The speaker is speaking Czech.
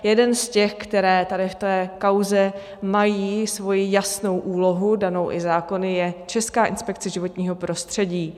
Jeden z těch, které tady v té kauze mají svou jasnou úlohu danou i zákony, je Česká inspekce životního prostředí.